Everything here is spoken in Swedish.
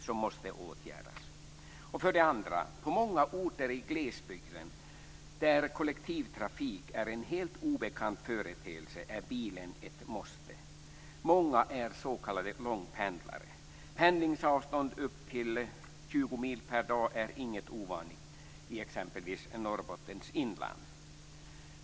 För det andra är bilen ett måste på många orter i glesbygden där kollektivtrafik är en helt obekant företeelse. Många är s.k. långpendlare. Pendlingsavstånd upp till 20 mil per dag är inte ovanligt i exempelvis Norrbottens inland.